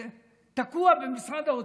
תקוע במשרד האוצר,